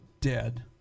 dead